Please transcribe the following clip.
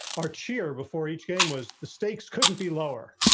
or cheer before each game was the stakes couldn't be lower.